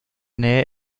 nähe